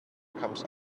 comes